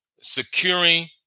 securing